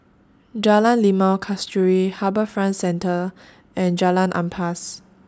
Jalan Limau Kasturi HarbourFront Centre and Jalan Ampas